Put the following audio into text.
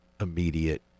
immediate